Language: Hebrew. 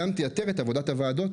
גם תייתר את עבודת הוועדות,